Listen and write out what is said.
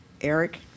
Eric